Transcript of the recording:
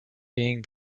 being